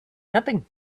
nothing